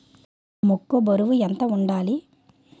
మొక్కొ బరువు ఎంత వుండాలి?